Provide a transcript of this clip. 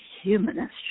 humanist